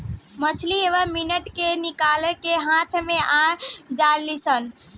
मछली एके मिनट मे निकल के हाथ मे आ जालीसन